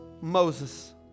Moses